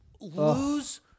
lose